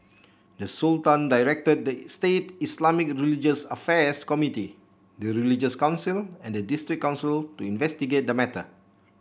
the Sultan directed the state Islamic religious affairs committee the religious council and the district council to investigate the matter